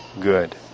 good